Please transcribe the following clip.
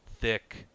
thick